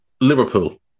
Liverpool